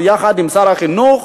יחד עם שר החינוך,